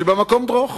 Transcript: ש"במקום דרוך",